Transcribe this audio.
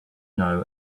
know